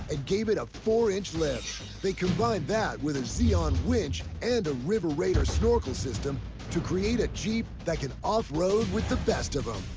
gave it a four-inch lift. they combined that with a xeon winch, and a river raider snorkel system to create a jeep that can off road with the best of them.